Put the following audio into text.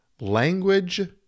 language